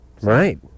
Right